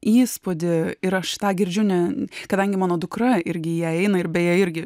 įspūdį ir aš tą girdžiu ne kadangi mano dukra irgi į ją eina ir beje irgi